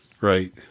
right